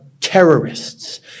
terrorists